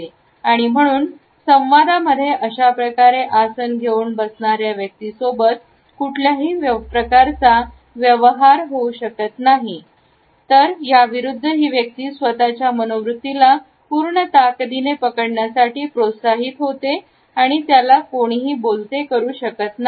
आणि म्हणून संवाद मध्ये अशाप्रकारे आसन घेऊन बसणाऱ्या व्यक्तीसोबत कुठल्याही प्रकारचा व्यवहार होऊ शकत नाही ही तर याविरुद्ध ती व्यक्ती स्वतःच्या मनोवृत्तीला पूर्ण ताकदीने पकडण्यासाठी प्रोत्साहित होते आणि त्याला कोणीही बोलते करू शकत नाही